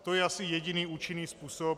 To je asi jediný účinný způsob.